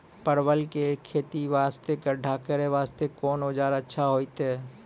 परवल के खेती वास्ते गड्ढा करे वास्ते कोंन औजार अच्छा होइतै?